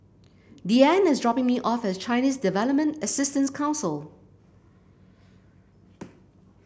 Deeann is dropping me off at Chinese Development Assistance Council